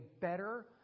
better